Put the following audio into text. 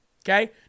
okay